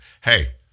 hey